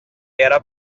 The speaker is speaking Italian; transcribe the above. era